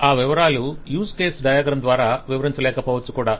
ఆ వివరాలు use case diagram ద్వారా వివరించలేకపోవచ్చు కూడా